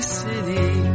city